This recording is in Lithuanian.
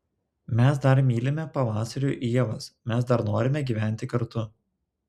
mes dar mylime pavasarių ievas mes dar norime gyventi kartu